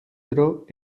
tro